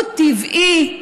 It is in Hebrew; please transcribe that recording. הוא טבעי.